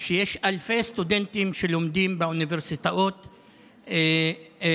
לכך שיש אלפי סטודנטים שלומדים באוניברסיטאות פלסטיניות.